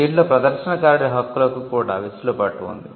దీంట్లో ప్రదర్శనకారుడి హక్కులకు కూడా వెసులుబాటు ఉంది